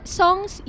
songs